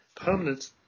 permanent